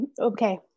Okay